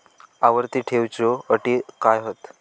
आवर्ती ठेव च्यो अटी काय हत?